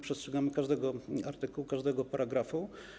Przestrzegamy każdego artykułu, każdego paragrafu.